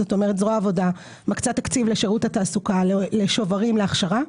כלומר זרוע העבודה מקצה תקציב לשירות התעסוקה לשוברים להכשרה.